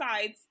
sides